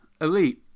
Elite